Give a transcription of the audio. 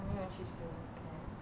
我没有去 student care